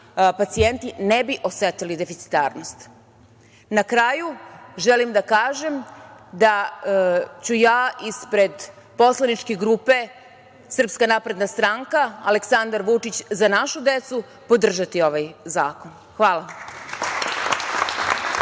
pacijenti ne bi osetili deficitarnost. Na kraju, želim da kažem da ću ja ispred poslaničke grupe SNS, Aleksandar Vučić – Za našu decu podržati ovaj zakon. Hvala.